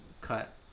cut